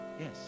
yes